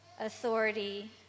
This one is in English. authority